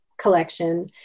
collection